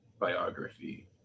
biography